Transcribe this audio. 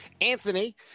Anthony